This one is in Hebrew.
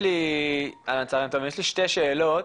יש לי שתי שאלות.